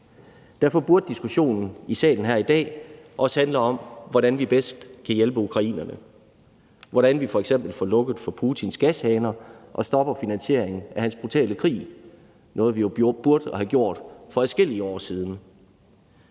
Derfor burde diskussionen i salen her i dag handle om, hvordan vi bedst kan hjælpe ukrainerne. Hvordan får vi f.eks. lukket for Putins gashaner og stoppet finansieringen af hans brutale i krig – noget, vi burde have gjort for adskillige år siden?